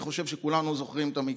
אני חושב שכולנו זוכרים את המקרה.